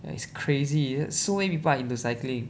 ya it's crazy that so many pople are into cycling